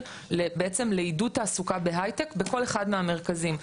בעצם לעידוד תעסוקה בהייטק בכל אחד מהמרכזים.